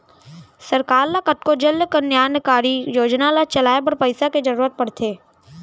सरकार ल कतको जनकल्यानकारी योजना ल चलाए बर पइसा के जरुरत पड़थे